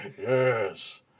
Yes